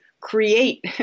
create